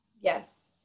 Yes